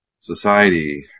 society